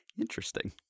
Interesting